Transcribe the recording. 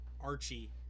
Archie